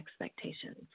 expectations